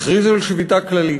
הכריז על שביתה כללית.